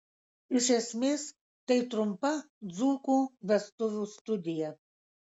iš esmės tai trumpa dzūkų vestuvių studija